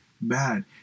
bad